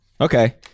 Okay